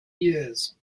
years